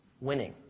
winning